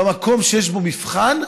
במקום שיש בו מבחן,